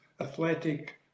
athletic